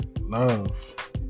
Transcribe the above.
Love